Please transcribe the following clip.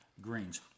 greens